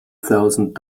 thousand